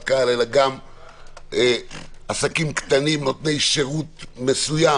קהל אלא גם עסקים קטנים נותני שירות מסוים.